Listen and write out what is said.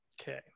Okay